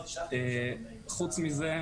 חוץ מזה,